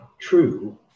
true